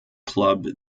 club